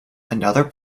another